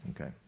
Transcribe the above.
Okay